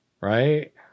right